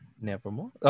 nevermore